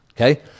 okay